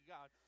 God